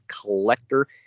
Collector